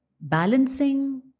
balancing